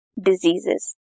diseases